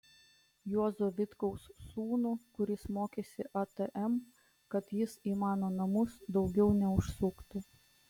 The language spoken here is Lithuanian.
juozo vitkaus sūnų kuris mokėsi atm kad jis į mano namus daugiau neužsuktų